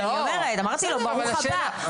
אמרתי לו, ברוך הבא.